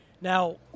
Now